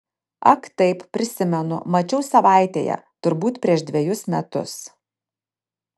ak taip prisimenu mačiau savaitėje turbūt prieš dvejus metus